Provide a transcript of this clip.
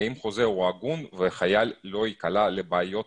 האם החוזה הגון כדי שהחייל לא ייקלע לבעיות